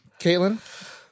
Caitlin